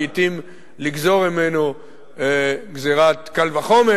לעתים לגזור ממנו גזירת קל וחומר,